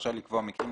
רשאי לקבוע מקרים,